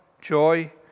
joy